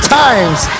times